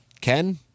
Ken